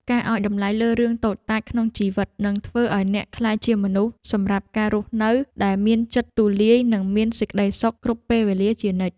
ការឱ្យតម្លៃលើរឿងតូចតាចក្នុងជីវិតនឹងធ្វើឱ្យអ្នកក្លាយជាមនុស្សសម្រាប់ការរស់នៅដែលមានចិត្តទូលាយនិងមានសេចក្តីសុខគ្រប់ពេលវេលាជានិច្ច។